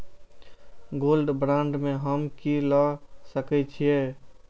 Gold bond में हम की ल सकै छियै?